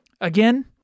Again